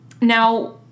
Now